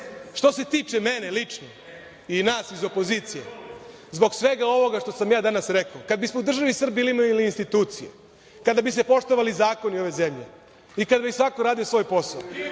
što se tiče mene lično i nas iz opozicije, zbog svega ovoga što sam ja danas rekao, kad bismo u državi Srbiji imali institucije, kada bi se poštovali zakoni ove zemlje i kada bi svako radio svoj posao,